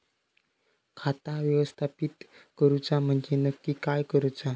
खाता व्यवस्थापित करूचा म्हणजे नक्की काय करूचा?